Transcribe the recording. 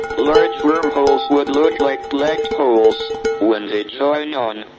large wormholes would look like black holes when they join on,